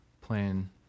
playing